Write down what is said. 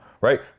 right